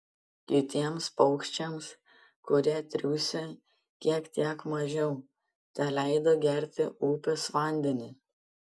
kitiems paukščiams kurie triūsę šiek tiek mažiau teleido gerti upės vandenį